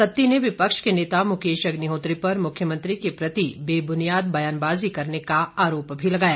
सत्ती ने विपक्ष के नेता मुकेश अग्निहोत्री पर मुख्यमंत्री के प्रति बेबूनियाद बयानबाजी करने का आरोप भी लगाया